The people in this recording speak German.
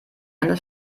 eine